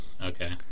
Okay